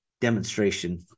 demonstration